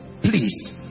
please